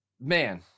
Man